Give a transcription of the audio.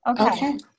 Okay